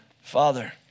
Father